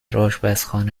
آشپزخانه